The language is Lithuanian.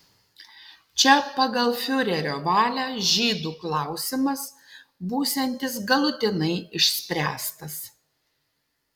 čia pagal fiurerio valią žydų klausimas būsiantis galutinai išspręstas